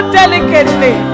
delicately